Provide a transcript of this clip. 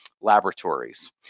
laboratories